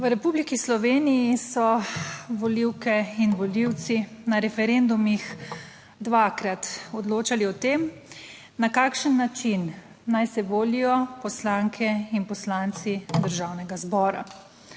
V Republiki Sloveniji so volivke in volivci na referendumih dvakrat odločali o tem, na kakšen način naj se volijo poslanke in poslanci Državnega zbora.